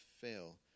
fail